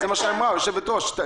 כמו שאמרה יושבת הראש?